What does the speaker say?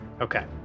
Okay